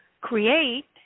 create